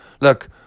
Look